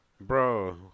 Bro